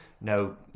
no